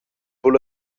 buca